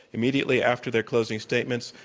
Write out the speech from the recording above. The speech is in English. immediately after their closing statements,